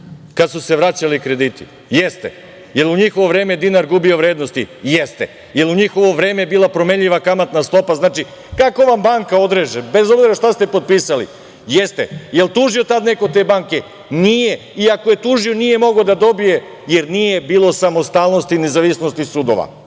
kad su se vraćali krediti? Jeste. Da li je u njihovo vreme dinar gubio vrednost? Jeste. Da li je u njihovo vreme bila promenljiva kamatna stopa? Znači, kako vam banka odreže, bez obzira šta ste potpisali? Jeste. Da li je neko tad tužio te banke? Nije. I ako je tužio, nije mogao da dobije, jer nije bilo samostalnosti i nezavisnosti sudova